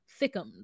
thickums